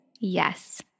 Yes